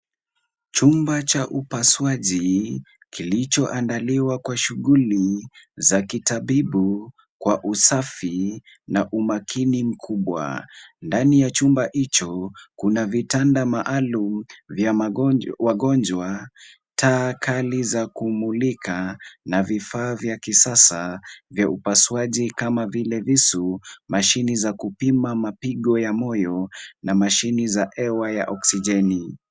Chumba cha upasuaji kilichoandaliwa kwa shughuli za kitabibu kwa usafi na umakini mkubwa. Ndani ya chumba hicho kuna vitanda maalum vya wagonjwa, taa kali za kumulika na vifaa vya kisasa vya upasuaji kama vile visu, mashini za kupima mapigo ya moyo na mashini za hewa ya oksijeni.